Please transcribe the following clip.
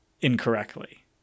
incorrectly